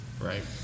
right